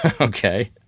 Okay